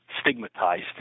stigmatized